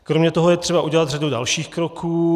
Kromě toho je třeba udělat řadu dalších kroků.